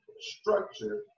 structure